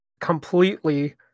completely